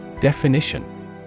Definition